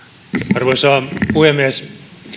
arvoisa puhemies